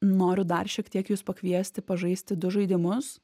noriu dar šiek tiek jus pakviesti pažaisti du žaidimus